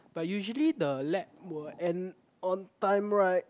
but usually the lab will end on time right